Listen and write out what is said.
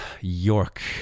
York